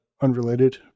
unrelated